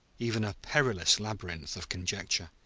even a perilous labyrinth of conjecture.